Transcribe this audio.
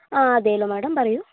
ആ അതെയല്ലോ മാഡം പറയൂ